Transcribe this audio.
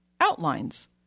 outlines